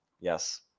yes